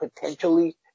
potentially